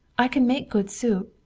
i can make good soup.